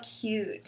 cute